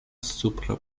supra